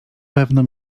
pewno